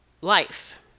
life